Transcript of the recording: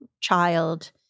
child